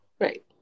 right